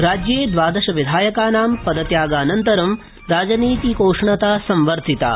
राज्ये द्वादश विधायकानां पदत्यागानन्तरं राज्ये राजनीतिकोष्णता संवर्धिता